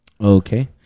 Okay